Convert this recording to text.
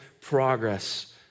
progress